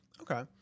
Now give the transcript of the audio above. Okay